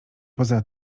poza